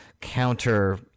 counter